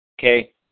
Okay